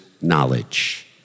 knowledge